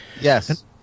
Yes